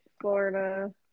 Florida